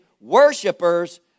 worshippers